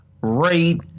Rate